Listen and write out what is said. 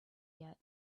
yet